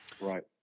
Right